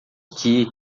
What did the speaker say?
que